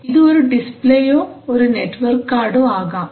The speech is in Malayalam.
ഇത് ഒരു ഡിസ്പ്ലേയോ ഒരു നെറ്റ് വർക്ക് കാർഡോ ആകാം